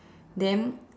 then